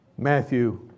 Matthew